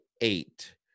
eight